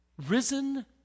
risen